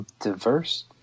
diverse